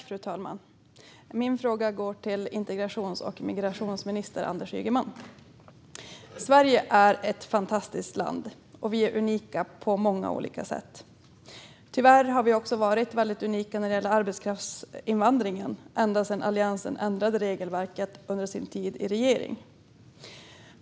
Fru talman! Min fråga går till integrations och migrationsminister Anders Ygeman. Sverige är ett fantastiskt land, och vi är unika på många olika sätt. Tyvärr har vi också varit väldigt unika när det gäller arbetskraftsinvandringen, ända sedan Alliansen ändrade regelverket under sin tid i regering.